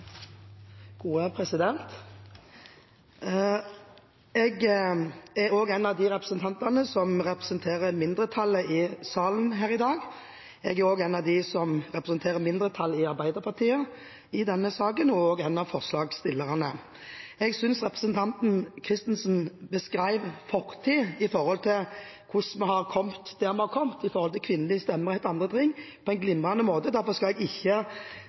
representerer mindretallet i salen her i dag. Jeg er en av dem som representerer mindretallet i Arbeiderpartiet i denne saken, og en av forslagsstillerne. Jeg synes representanten Christensen beskrev fortiden på en glimrende måte, med tanke på hvordan vi har kommet dit vi har kommet når det gjelder kvinners stemmerett og andre ting, derfor skal jeg ikke si det igjen. Men jeg må si at dette faktisk er en av de vanskeligste sakene jeg debatterer, ikke